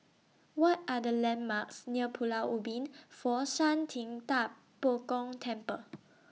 What Are The landmarks near Pulau Ubin Fo Shan Ting DA Bo Gong Temple